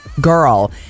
girl